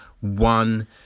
one